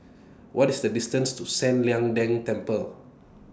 What IS The distance to San Lian Deng Temple